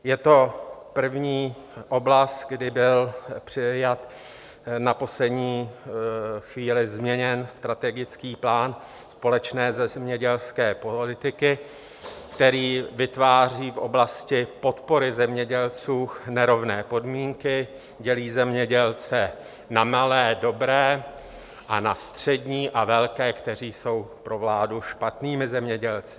Je to první oblast, kdy byl přijat, na poslední chvíli změněn strategický plán společné zemědělské politiky, který vytváří v oblasti podpory zemědělců nerovné podmínky, dělí zemědělce na malé dobré a na střední a velké, kteří jsou pro vládu špatnými zemědělci.